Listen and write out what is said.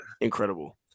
Incredible